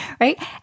right